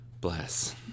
Bless